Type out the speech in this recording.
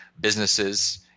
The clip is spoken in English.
businesses